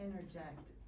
interject